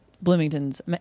Bloomington's